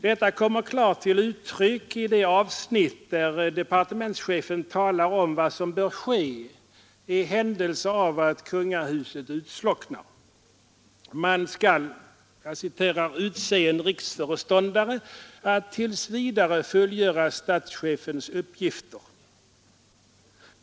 Detta kommer också klart till uttryck i det avsnitt där departementschefen talar om vad som bör ske i händelse av att konungahuset utslocknar. Man skall ”utse en riksföreståndare att tills vidare fullgöra statschefens uppgifter.